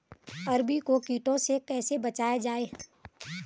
अरबी को कीटों से कैसे बचाया जाए?